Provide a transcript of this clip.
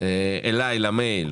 אלי למייל